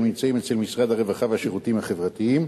נמצאים במשרד הרווחה והשירותים החברתיים,